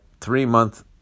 three-month